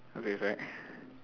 okay correct